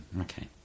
Okay